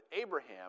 Abraham